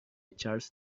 charles